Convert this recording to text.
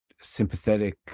sympathetic